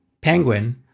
Penguin